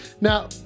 now